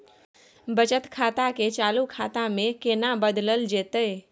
बचत खाता के चालू खाता में केना बदलल जेतै?